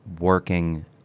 working